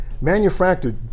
Manufactured